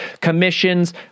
commissions